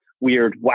weird